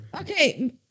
Okay